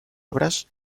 obras